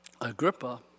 Agrippa